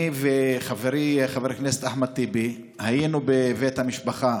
אני וחברי חבר הכנסת אחמד טיבי היינו בבית המשפחה